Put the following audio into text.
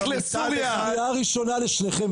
קריאה ראשונה לשניכם.